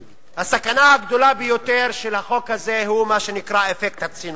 הסכנה הגדולה ביותר של החוק הזה היא מה שנקרא: אפקט הצינון.